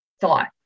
thought